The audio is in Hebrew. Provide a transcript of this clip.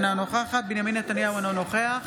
אינה נוכחת בנימין נתניהו, אינו נוכח